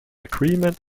agreement